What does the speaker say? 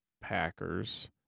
Packers